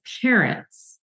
parents